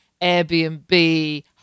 Airbnb